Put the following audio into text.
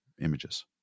images